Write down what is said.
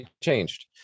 changed